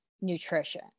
nutrition